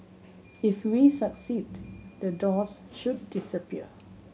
if we succeed the doors should disappear